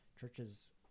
Churches